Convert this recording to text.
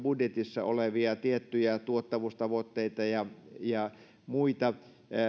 budjetissa olevia tiettyjä tuottavuustavoitteita ja ja muita